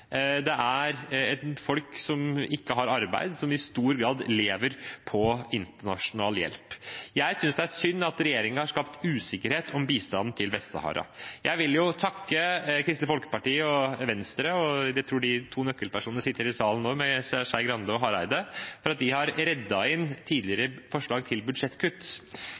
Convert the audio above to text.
Det er et folk som ikke har arbeid, som i stor grad lever på internasjonal hjelp. Jeg synes det er synd at regjeringen har skapt usikkerhet om bistanden til Vest-Sahara. Jeg vil takke Kristelig Folkeparti og Venstre – jeg tror de to nøkkelpersonene sitter i salen nå, Skei Grande og Hareide – for at de har reddet tidligere forslag til budsjettkutt.